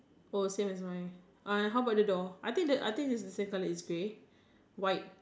oh same as mine uh how about the door I think the I think the is the same colour as grey white